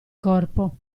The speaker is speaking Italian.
corpo